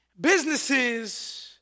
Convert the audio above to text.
Businesses